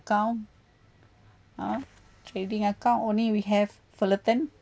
~count !huh! trading account only we have fullerton